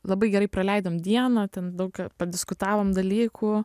labai gerai praleidom dieną ten daug ir padiskutavom dalykų